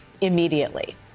immediately